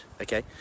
okay